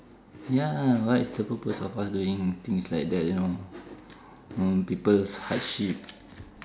ya what is the purpose of us doing things like that you know you know people's hardship